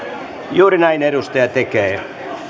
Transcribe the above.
juuri näin edustaja tekee